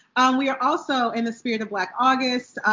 we are also, in the spirit of black august,